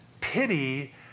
pity